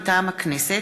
מטעם הכנסת: